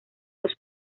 los